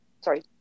Sorry